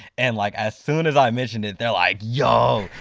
and like as soon as i mentioned it, they're like, yo,